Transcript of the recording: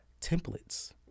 templates